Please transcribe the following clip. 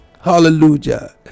Hallelujah